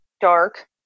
dark